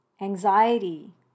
anxiety